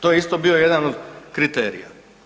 To je isto bio jedan od kriterija.